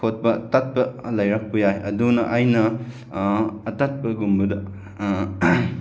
ꯈꯣꯠꯄ ꯇꯠꯄ ꯂꯩꯔꯛꯄ ꯌꯥꯏ ꯑꯗꯨꯅ ꯑꯩꯅ ꯑꯇꯠꯄꯒꯨꯝꯕꯗ